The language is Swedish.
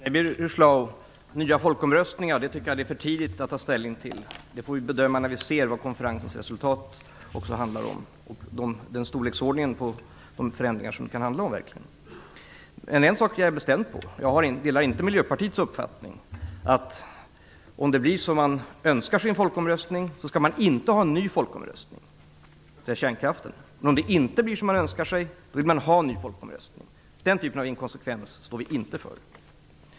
Herr talman! Jag tycker att det är för tidigt att ta ställning till frågan om nya folkomröstningar, Birger Schlaug. Vi får bedöma det när vi ser vad konferensens resultat blir och storleksordningen på de förändringar som det kan handla om. En sak är jag bestämd på: jag delar inte Miljöpartiets uppfattning. Miljöpartiet menar, att om det blir som man önskar sig i en folkomröstning skall man inte ha en ny folkomröstning - som när det gällde kärnkraften. Men om det inte blir som man önskar sig vill man ha en ny folkomröstning. Den typen av inkonsekvens står vi inte för.